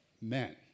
men